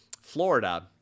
Florida